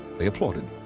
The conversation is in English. they applauded.